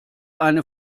eine